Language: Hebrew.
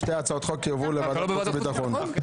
שתי הצעות החוק יועברו לוועדת החוץ והביטחון.